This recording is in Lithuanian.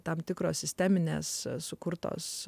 tam tikros sisteminės sukurtos